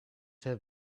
have